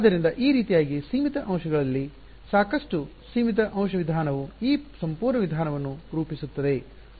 ಆದ್ದರಿಂದ ಈ ರೀತಿಯಾಗಿ ಸೀಮಿತ ಅಂಶಗಳಲ್ಲಿ ಸಾಕಷ್ಟು ಸೀಮಿತ ಅಂಶ ವಿಧಾನವು ಈ ಸಂಪೂರ್ಣ ವಿಧಾನವನ್ನು ರೂಪಿಸುತ್ತದೆ